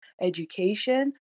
education